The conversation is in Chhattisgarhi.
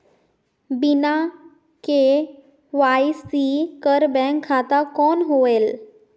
बिना के.वाई.सी कर बैंक खाता कौन होएल?